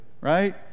right